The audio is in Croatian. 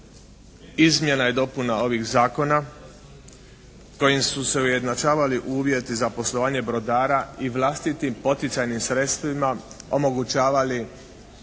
izmjena i dopuna ovih zakona kojim su se ujednačavali uvjeti za poslovanje brodara i vlastitim poticajnim sredstvima omogućavali